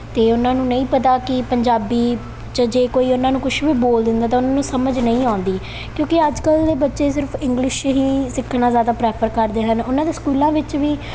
ਅਤੇ ਉਹਨਾਂ ਨੂੰ ਨਹੀਂ ਪਤਾ ਕਿ ਪੰਜਾਬੀ 'ਚ ਜੇ ਕੋਈ ਉਹਨਾਂ ਨੂੰ ਕੁਛ ਵੀ ਬੋਲ ਦਿੰਦਾ ਤਾਂ ਉਹਨਾਂ ਨੂੰ ਸਮਝ ਨਹੀਂ ਆਉਂਦੀ ਕਿਉਂਕਿ ਅੱਜ ਕੱਲ੍ਹ ਦੇ ਬੱਚੇ ਸਿਰਫ ਇੰਗਲਿਸ਼ ਹੀ ਸਿੱਖਣਾ ਜ਼ਿਆਦਾ ਪ੍ਰੈਫਰ ਕਰਦੇ ਹਨ ਉਹਨਾਂ ਦੇ ਸਕੂਲਾਂ ਵਿੱਚ ਵੀ